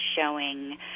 showing